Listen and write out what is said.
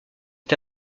est